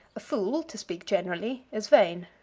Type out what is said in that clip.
a fool, to speak generally, is vain.